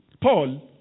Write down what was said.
Paul